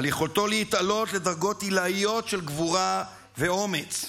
על יכולתו להתעלות לדרגות עילאיות של גבורה ואומץ,